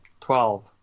Twelve